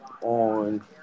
on